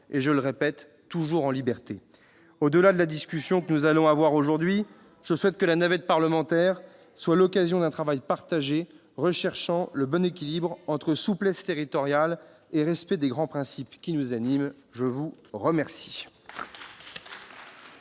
avec de fortes contraintes ! Au-delà de la discussion que nous allons avoir aujourd'hui, je souhaite que la navette parlementaire soit l'occasion d'un travail partagé, recherchant le bon équilibre entre souplesse territoriale et respect des grands principes qui nous animent. La parole